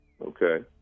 Okay